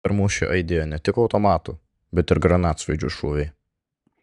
per mūšį aidėjo ne tik automatų bet ir granatsvaidžių šūviai